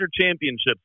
championships